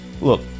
look